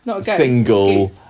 single